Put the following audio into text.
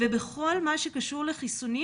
בכל מה שקשור לחיסונים,